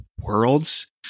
worlds